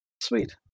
Sweet